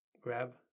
grab